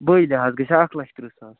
بٲے لِحاظ گژھے اَکھ لَچھ ترٛہ ساس